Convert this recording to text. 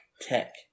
Tech